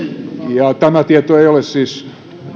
ja tämä tieto ei ole siis